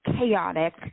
chaotic